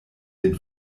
den